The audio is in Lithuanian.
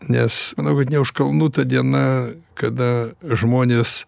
nes manau kad ne už kalnų ta diena kada žmonės